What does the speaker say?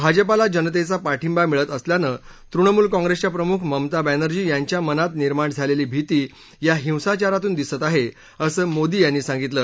भाजपाला जनतेचा पाठिंबा मिळत असल्यानं तृणमूल काँग्रिसच्या प्रमुख ममता बँनर्जी यांच्या मनात निर्माण झालेली भीती या हिसाचारातून दिसत आहे असं मोदी यांनी सांगितलं